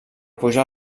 pujar